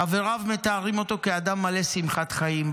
חבריו מתארים אותו כאדם מלא שמחת חיים,